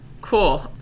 cool